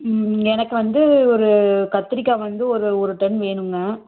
ம் எனக்கு வந்து ஒரு கத்திரிக்காய் வந்து ஒரு ஒரு டன் வேணுங்க